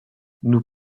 nous